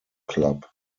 club